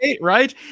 right